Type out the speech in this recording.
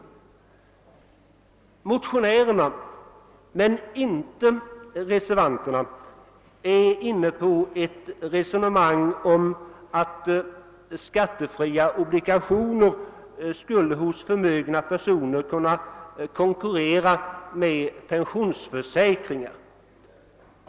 Motionärerna för till skillnad från reservanterna ett resonemang om att skattefria obligationer skulle kunna konkurrera med pensionsförsäkringar.